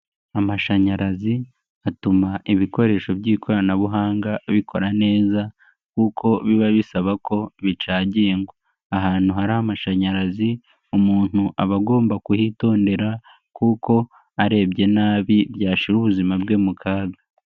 Amashanyarazi, atuma ibikoresho by'ikoranabuhanga bikora neza kuko biba bisaba ko bicagengwa, ahantu hari amashanyarazi, umuntu aba agomba kuhitondera kuko arebye nabi, byashyira ubuzima bwe mu kaga.